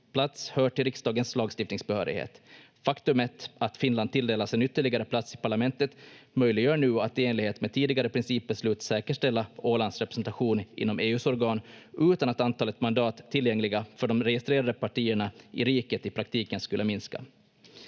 plats hör till riksdagens lagstiftningsbehörighet. Faktumet att Finland tilldelas en ytterligare plats i parlamentet möjliggör nu att i enlighet med tidigare principbeslut säkerställa Ålands representation inom EU:s organ utan att antalet mandat tillgängliga för de registrerade partierna i riket i praktiken skulle minska.